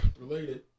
related